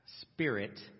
spirit